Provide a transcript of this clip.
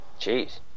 Jeez